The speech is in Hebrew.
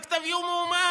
רק תביאו מועמד.